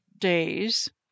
days